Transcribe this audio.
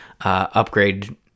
upgrade